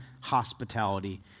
hospitality